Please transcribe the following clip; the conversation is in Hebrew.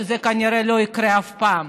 שזה כנראה לא יקרה אף פעם.